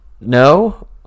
No